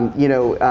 you know,